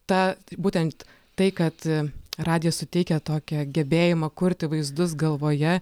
ta būtent tai kad radijas suteikia tokią gebėjimą kurti vaizdus galvoje